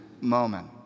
moment